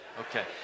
Okay